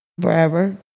forever